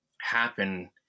happen